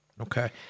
Okay